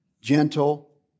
gentle